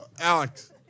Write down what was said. Alex